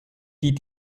die